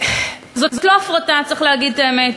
זאת לא הפרטה, צריך להגיד את האמת.